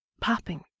popping